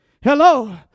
Hello